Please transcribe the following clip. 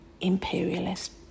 imperialist